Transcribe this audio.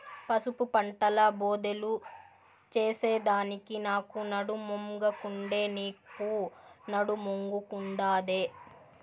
పసుపు పంటల బోదెలు చేసెదానికి నాకు నడుమొంగకుండే, నీకూ నడుమొంగకుండాదే